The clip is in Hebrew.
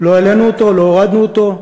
לא העלינו אותו, לא הורדנו אותו.